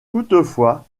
toutefois